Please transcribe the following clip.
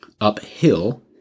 uphill